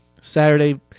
Saturday